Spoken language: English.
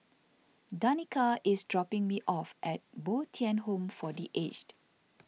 Danika is dropping me off at Bo Tien Home for the Aged